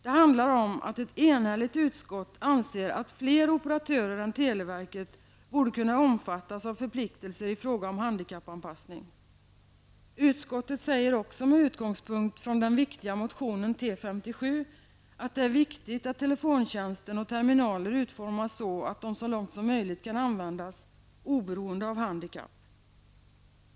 Det handlar om att ett enhälligt utskott anser att fler operatörer än televerket borde kunna omfattas av förpliktelser i fråga om handikappanpassning. Utskottet säger också med utgångspunkt i den viktiga motionen T57 att det är viktigt att telefontjänsten och terminaler utformas så att de så långt som möjligt kan användas oberoende av handikapp.